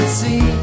see